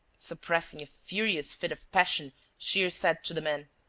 suppressing a furious fit of passion, shears said to the man